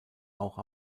auch